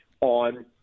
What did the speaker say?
on